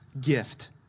gift